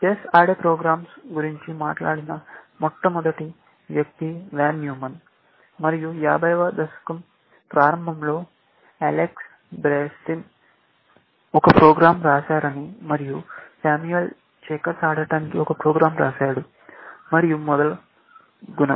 chess ఆడే programs గురించి మాట్లాడిన మొట్టమొదటి వ్యక్తి వాన్ న్యూమాన్ మరియు 50 వ దశకం ప్రారంభంలో అలెక్స్ బెర్న్స్టెయిన్ ఒక ప్రోగ్రాం రాశారని మరియు శామ్యూల్ చెకర్స్ ఆడటానికి ఒక ప్రోగ్రాం రాశాడు మరియు మొదలగునవి